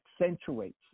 accentuates